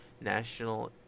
National